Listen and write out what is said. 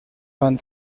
fan